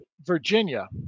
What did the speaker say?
Virginia